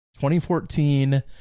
2014